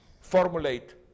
formulate